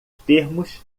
termos